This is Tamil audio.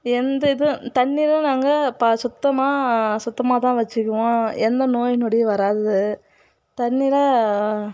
எந்த இதுவும் தண்ணிலாம் நாங்கள் பா சுத்தமாக சுத்தமாதான் வச்சுக்குவோம் எந்த நோய் நொடியும் வராது தண்ணீரை